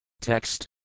Text